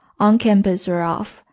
on campus or off,